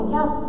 Yes